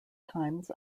times